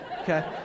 okay